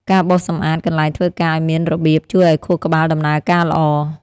ការបោសសម្អាតកន្លែងធ្វើការឱ្យមានរបៀប ជួយឱ្យខួរក្បាលដំណើរការល្អ។